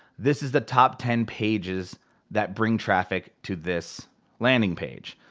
this is the top ten pages that bring traffic to this landing page.